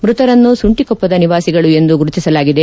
ಮೃತರನ್ನು ಸುಂಟಿಕೊಪ್ಪದ ನಿವಾಸಿಗಳು ಎಂದು ಗುರುತಿಸಲಾಗಿದೆ